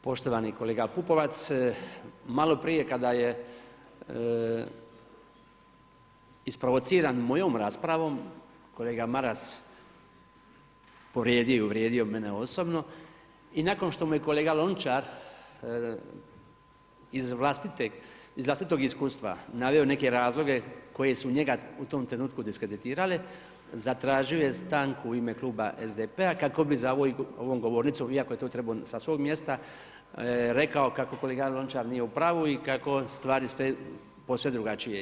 Poštovani kolega Pupovac, maloprije kada je isprovociran mojoj raspravom kolega Maras povrijedio i uvrijedio mene osobno, i nakon što mu je kolega Lončar iz vlastitog iskustva naveo neke razloge koji su njega u tom trenutku diskreditirali, zatražio je stanku u ime kluba SDP-a kako bi za ovom govornicom, iako je to trebao sa svog mjesta, rekao kako kolega Lončar nije u pravu i kako stvari stoje posve drugačije.